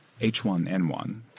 H1N1